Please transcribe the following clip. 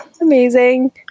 amazing